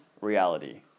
reality